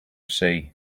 see